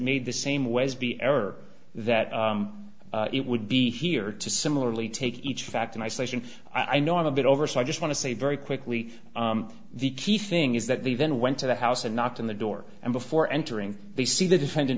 made the same ways be error that it would be here to similarly take each fact in isolation i know i'm a bit over so i just want to say very quickly the key thing is that they even went to the house and knocked on the door and before entering the see the defendant